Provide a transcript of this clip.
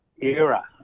era